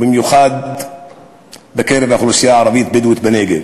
במיוחד בקרב האוכלוסייה הערבית-בדואית בנגב.